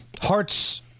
hearts